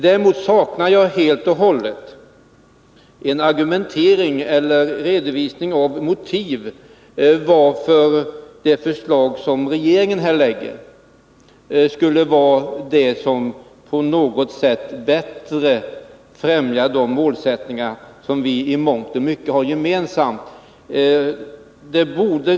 Däremot saknar jag helt och hållet en redogörelse för varför det förslag som regeringen lägger bättre skulle främja vår gemensamma målsättning.